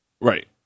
Right